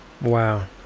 Wow